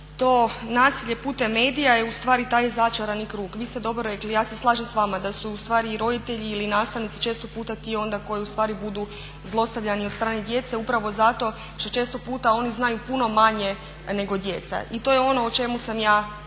to nasilje putem medija je ustvari taj začarani krug. Vi ste dobro rekli, ja se slažem s vama da su ustvari i roditelji ili nastavnici često puta ti onda koji ustvari budu zlostavljani od strane djece upravo zato što često puta oni znaju puno manje nego djeca. I to je ono o čemu sam ja